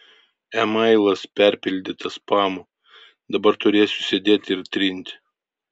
emailas perpildytas spamu dabar turėsiu sėdėt ir trint